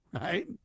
Right